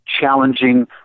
challenging